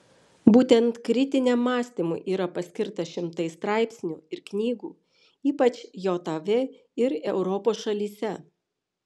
būtent kritiniam mąstymui yra paskirta šimtai straipsnių ir knygų ypač jav ir europos šalyse